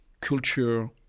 culture